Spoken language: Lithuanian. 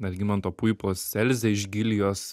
algimanto puipos elzę iš gilijos